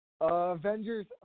Avengers